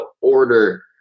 order